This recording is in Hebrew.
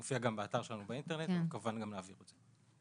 הוא מופיע גם אתר שלנו באינטרנט וכמובן גם להעביר את זה.